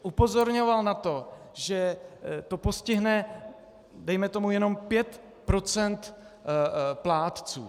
Upozorňoval na to, že to postihne dejme tomu jen pět procent plátců.